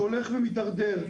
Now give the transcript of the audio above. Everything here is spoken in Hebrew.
שהולך ומתדרדר,